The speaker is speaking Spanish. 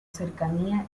cercanía